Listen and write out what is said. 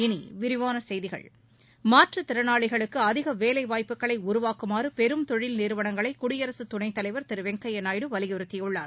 இனி விரிவான செய்திகள் மாற்றுத் திறனாளிகளுக்கு அதிக வேலை வாய்ப்புகளை உருவாக்குமாறு பெரும் தொழில் நிறுவனங்களை குடியரசு துணைத் தலைவர் திரு வெங்கப்ய நாயுடு வலியுறுத்தியுள்ளார்